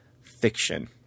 fiction